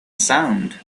sound